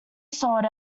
sold